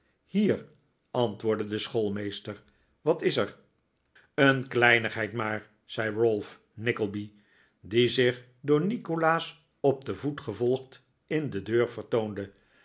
hier antwoordde de schoolmeester wat is er een kleinigheid maar zei ralph nickleby die zich door nikolaas op den voet gevolgd in de deur vertoonde